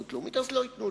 בו.